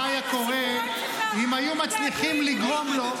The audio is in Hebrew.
מה היה קורה אם היו מצליחים לגרום לו,